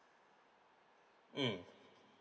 mm